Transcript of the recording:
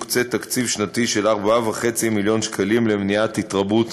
מוקצה תקציב שנתי של 4.5 מיליון שקלים למניעת התרבות